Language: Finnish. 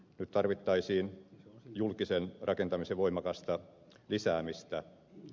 nyt tarvittaisiin julkisen rakentamisen voimakasta lisäämistä